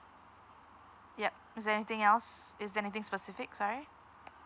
yup is there anything else is there anything specific sorry